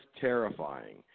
terrifying